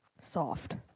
Soft